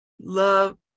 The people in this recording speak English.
love